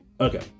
Okay